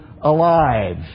alive